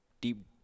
deep